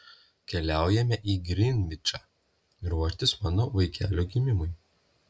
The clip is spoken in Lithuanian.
keliaujame į grinvičą ruoštis mano vaikelio gimimui